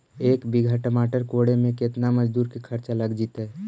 एक बिघा टमाटर कोड़े मे केतना मजुर के खर्चा लग जितै?